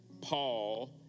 Paul